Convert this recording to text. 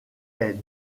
est